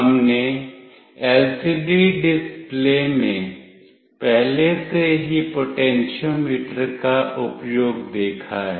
हमने LCD display में पहले से ही पोटेंशियोमीटर का उपयोग देखा है